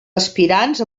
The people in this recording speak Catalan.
aspirants